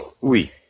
Oui